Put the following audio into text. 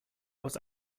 aus